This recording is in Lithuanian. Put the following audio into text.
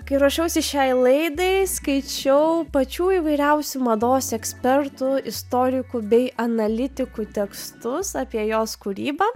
kai ruošiausi šiai laidai skaičiau pačių įvairiausių mados ekspertų istorikų bei analitikų tekstus apie jos kūrybą